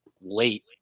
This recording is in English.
late